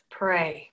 pray